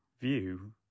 view